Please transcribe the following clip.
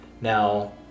now